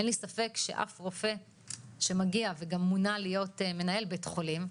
אין לי ספק שאף רופא שמגיע וגם מונה להיות מנהל בית חולים,